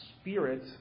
Spirit